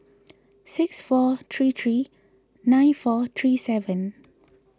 six four three three nine four three seven